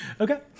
Okay